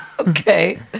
okay